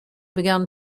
began